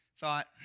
thought